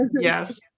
Yes